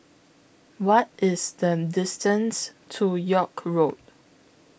What IS The distance to York Road